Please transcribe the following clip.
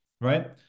right